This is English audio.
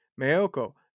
mayoko